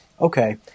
okay